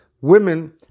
women